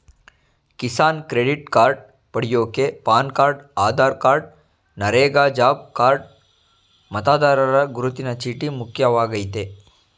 Kisan credit card ಪಡ್ಯೋಕೆ PAN card Aadhaar card NREGA job card ಮತದಾರರ ಗುರುತಿನ ಚೀಟಿ ಮುಖ್ಯವಾಗಯ್ತೆ